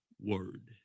word